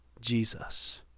Jesus